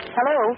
Hello